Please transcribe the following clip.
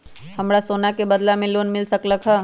हमरा सोना के बदला में लोन मिल सकलक ह?